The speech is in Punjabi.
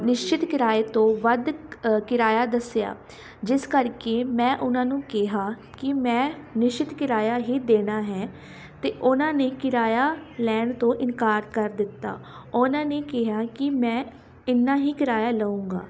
ਨਿਸ਼ਚਿਤ ਕਿਰਾਏ ਤੋਂ ਵੱਧ ਕਿਰਾਇਆ ਦੱਸਿਆ ਜਿਸ ਕਰਕੇ ਮੈਂ ਉਹਨਾਂ ਨੂੰ ਕਿਹਾ ਕਿ ਮੈਂ ਨਿਸ਼ਚਿਤ ਕਿਰਾਇਆ ਹੀ ਦੇਣਾ ਹੈ ਤਾਂ ਉਹਨਾਂ ਨੇ ਕਿਰਾਇਆ ਲੈਣ ਤੋਂ ਇਨਕਾਰ ਕਰ ਦਿੱਤਾ ਉਹਨਾਂ ਨੇ ਕਿਹਾ ਕਿ ਮੈਂ ਇੰਨਾ ਹੀ ਕਿਰਾਇਆ ਲਊਂਗਾ